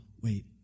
wait